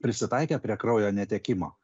prisitaikę prie kraujo netekimo